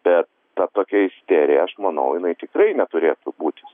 bet ta tokia isterija aš manau jinai tikrai neturėtų būti